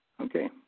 Okay